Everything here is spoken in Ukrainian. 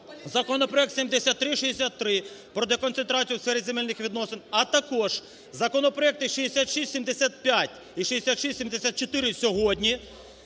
законопроект 7363 продеконцентрацію у сфері земельних відносин, а також законопроекти 6675 і 6674, сьогодні